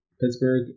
Pittsburgh